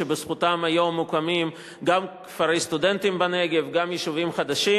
שבזכותם מוקמים היום גם כפרי סטודנטים בנגב וגם יישובים חדשים.